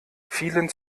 vielen